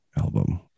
album